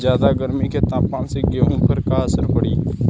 ज्यादा गर्मी के तापमान से गेहूँ पर का असर पड़ी?